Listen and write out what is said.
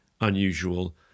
unusual